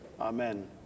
Amen